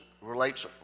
relates